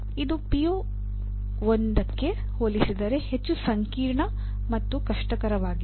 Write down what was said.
ಈಗ ಪಿಒ 2 ಗೆ ಹೋಲಿಸಿದರೆ ಹೆಚ್ಚು ಸಂಕೀರ್ಣ ಮತ್ತು ಕಷ್ಟಕರವಾಗಿದೆ